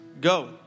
Go